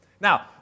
Now